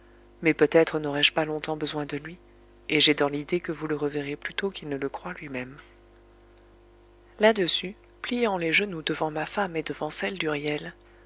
mais peut-être naurai je pas longtemps besoin de lui et j'ai dans l'idée que vous le reverrez plus tôt qu'il ne le croit lui-même là-dessus pliant les genoux devant ma femme et devant celle